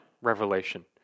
revelation